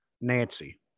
Nancy